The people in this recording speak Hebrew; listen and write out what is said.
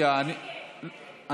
בעד, ארבעה, נגד, 64. ההסתייגות לא עברה.